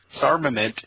Sarmament